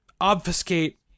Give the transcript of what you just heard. obfuscate